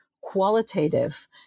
qualitative